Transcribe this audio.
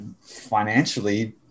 financially